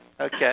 Okay